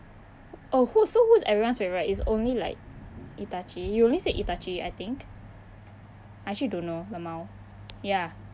oh who so who is everyone's favourite it's only like itachi you only said itachi I think I actually don't know lmao ya